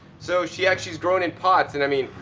so she actually is growing in pots. and i mean,